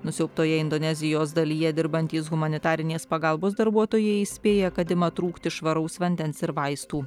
nusiaubtoje indonezijos dalyje dirbantys humanitarinės pagalbos darbuotojai įspėja kad ima trūkti švaraus vandens ir vaistų